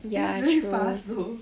it's very fast though